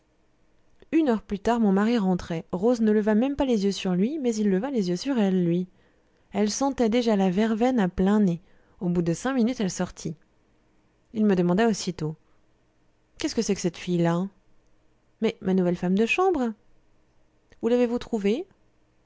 une heure plus tard mon mari rentrait rose ne leva même pas les yeux sur lui mais il leva les yeux sur elle lui elle sentait déjà la verveine à plein nez au bout de cinq minutes elle sortit il me demanda aussitôt qu'est-ce que c'est que cette fille-là mais ma nouvelle femme de chambre où l'avez-vous trouvée